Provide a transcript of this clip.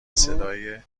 صدای